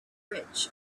rich